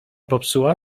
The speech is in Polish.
popsuła